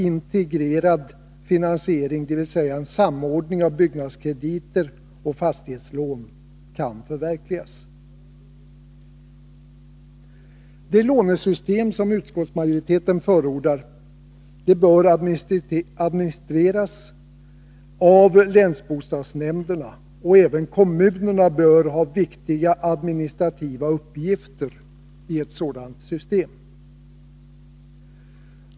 integrerad finansiering, dvs. en samordning av byggnadskrediter och fastighetslån, kan förverkligas. Det lånesystem som utskottsmajoriteten förordar bör administreras av länsbostadsnämnderna, och även kommunerna bör ha viktiga administrativa uppgifter i ett sådant system.